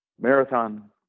marathon